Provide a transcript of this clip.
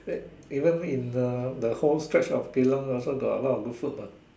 even in the whole stretch of Geylang also got a lot of good food mah